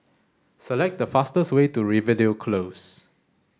select the fastest way to Rivervale Close